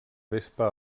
vespa